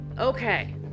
Okay